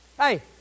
Hey